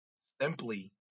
simply